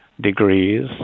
degrees